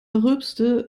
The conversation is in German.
rülpste